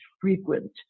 frequent